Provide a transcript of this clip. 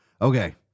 Okay